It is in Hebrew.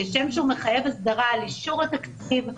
כשם שהוא מחייב הסדרה על אישור התקציב,